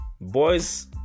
boys